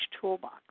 toolbox